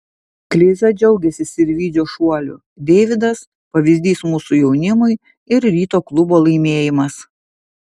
kleiza džiaugiasi sirvydžio šuoliu deividas pavyzdys mūsų jaunimui ir ryto klubo laimėjimas